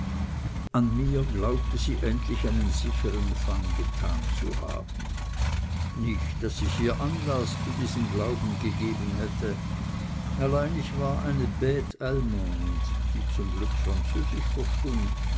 an mir glaubte sie endlich einen sichern fang getan zu haben nicht daß ich ihr anlaß zu diesem glauben gegeben hätte allein ich war eine bte allemande die zum glück französisch verstund